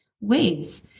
ways